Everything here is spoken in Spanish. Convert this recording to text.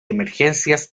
emergencias